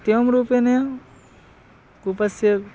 इत्येवं रूपेण कूपस्य